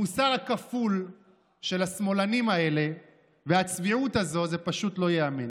המוסר הכפול של השמאלנים האלה והצביעות הזאת זה פשוט לא ייאמן.